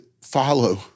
follow